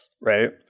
right